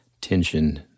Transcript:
tension